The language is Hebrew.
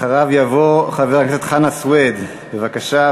אחריו יבוא חבר הכנסת חנא סוייד, בבקשה.